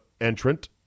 entrant